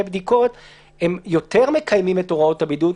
בדיקות הם יותר מקיימים את הוראות הבידוד,